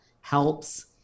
helps